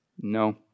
no